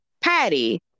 patty